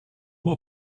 more